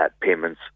payments